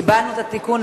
קיבלנו את התיקון,